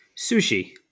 Sushi